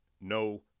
no